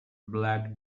black